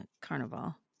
carnival